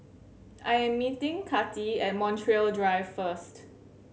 I am meeting Kati at Montreal Drive first